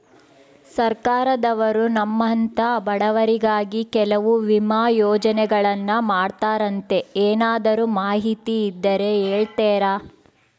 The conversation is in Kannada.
ಸರ್ಕಾರದವರು ನಮ್ಮಂಥ ಬಡವರಿಗಾಗಿ ಕೆಲವು ವಿಮಾ ಯೋಜನೆಗಳನ್ನ ಮಾಡ್ತಾರಂತೆ ಏನಾದರೂ ಮಾಹಿತಿ ಇದ್ದರೆ ಹೇಳ್ತೇರಾ?